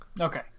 Okay